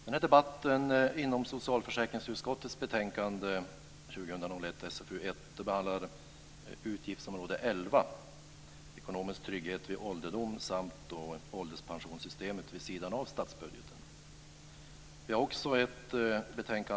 Herr talman! Den här delen av debatten om socialförsäkringsutskottets betänkande 2000/01:SfU1 handlar om utgiftsområde 11 Ekonomisk trygghet vid ålderdom samt Ålderspensionssystemet vid sidan av statsbudgeten.